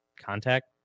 contact